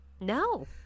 No